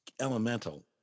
elemental